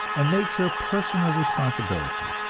and makes her a person of responsibility.